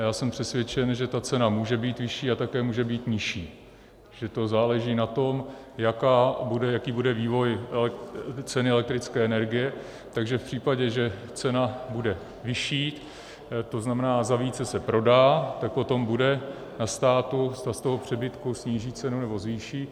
Já jsem přesvědčen, že ta cena může být vyšší a také může být nižší, že to záleží na tom, jaký bude vývoj ceny elektrické energie, takže v případě, že cena bude vyšší, to znamená, za více se prodá, tak potom bude na státu, zda z toho přebytku sníží cenu, nebo zvýší.